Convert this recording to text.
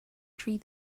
tree